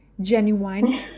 genuine